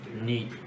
Neat